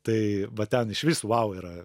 tai va ten išvis vau yra